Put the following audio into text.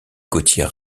gauthier